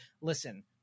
listen